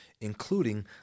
including